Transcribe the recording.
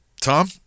tom